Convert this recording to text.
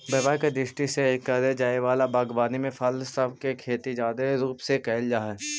व्यापार के दृष्टि से करे जाए वला बागवानी में फल सब के खेती जादे रूप से कयल जा हई